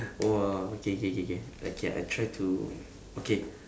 !wah! okay okay okay okay okay I try to okay